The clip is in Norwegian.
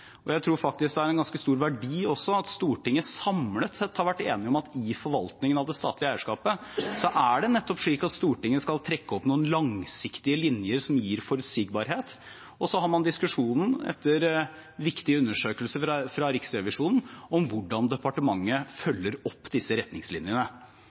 Jeg tror faktisk det har en ganske stor verdi at Stortinget, samlet sett, har vært enige om at i forvaltningen av det statlige eierskapet er det nettopp Stortinget som skal trekke opp noen langsiktige linjer som gir forutsigbarhet. Og så har man diskusjonen – etter viktig undersøkelse fra Riksrevisjonen – om hvordan departementet